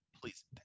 please